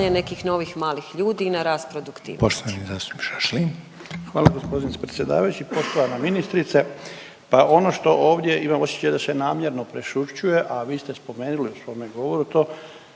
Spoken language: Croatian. nekih novih malih ljudi i na rast produktivnosti.